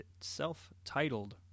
Self-titled